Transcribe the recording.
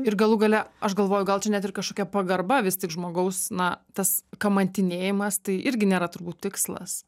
ir galų gale aš galvoju gal čia net ir kažkokia pagarba vis tik žmogaus na tas kamantinėjimas tai irgi nėra turbūt tikslas